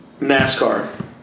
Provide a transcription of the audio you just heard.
NASCAR